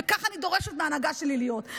וככה אני דורשת מההנהגה שלי להיות.